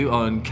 on